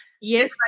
Yes